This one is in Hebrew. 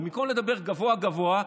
ובמקום לדבר גבוהה-גבוהה,